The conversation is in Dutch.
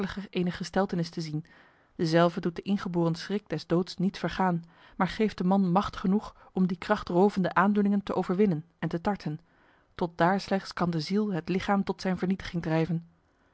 ener gesteltenis te zien dezelve doet de ingeboren schrik des doods niet vergaan maar geeft de man macht genoeg om die krachtrovende aandoeningen te overwinnen en te tarten tot daar slechts kan de ziel het lichaam tot zijn vernietiging drijven